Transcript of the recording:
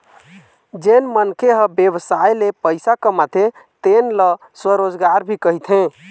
जेन मनखे ह बेवसाय ले पइसा कमाथे तेन ल स्वरोजगार भी कहिथें